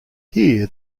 here